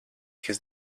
his